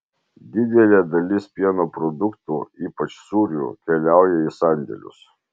didelė dalis pieno produktų ypač sūrių keliauja į sandėlius